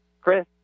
Chris